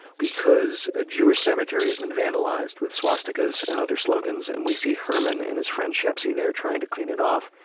because a jewish cemetery has been vandalized with swastikas and other slogans and we see herman and his friend shepsie there trying to clean it off.